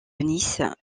nice